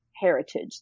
heritage